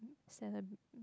celebrate